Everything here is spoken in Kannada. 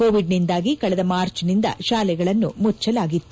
ಕೋವಿಡ್ ನಿಂದಾಗಿ ಕಳೆದ ಮಾರ್ಚ್ ನಿಂದ ಶಾಲೆಗಳನ್ನು ಮುಚ್ಚಲಾಗಿತ್ತು